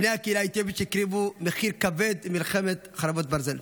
בני הקהילה האתיופית שהקריבו מחיר כבד במלחמת חרבות ברזל.